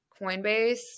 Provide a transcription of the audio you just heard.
Coinbase